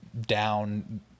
down